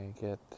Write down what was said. get